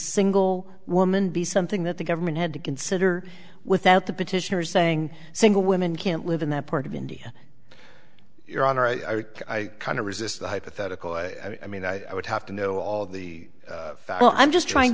single woman be something that the government had to consider without the petitioners saying single women can't live in that part of india your honor i kind of resist the hypothetical i mean i would have to know all the facts i'm just trying